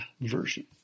version